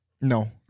No